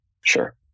Sure